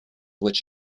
which